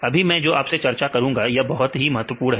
अभी मैं जो आपसे चर्चा करूंगा यह भी बहुत महत्वपूर्ण है